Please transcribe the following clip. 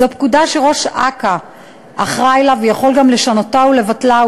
זו פקודה שראש אכ"א אחראי לה ויכול גם לשנותה ולבטלה,